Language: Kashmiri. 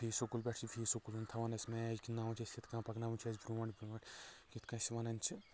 فی سکوٗل پٮ۪ٹھ چھِ فی سکوٗلَن پٮ۪ٹھ تھاوان اَسہ میچ گنٛدناوان چھِ اَسہِ یِتھۍ کٔنۍ پَکناوان چھِ اَسہِ برۄنٛٹھ برۄنٛٹھ یِتھۍ کٔنۍ اسہِ وَنان چھِ